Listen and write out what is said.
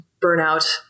burnout